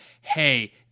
hey